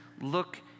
look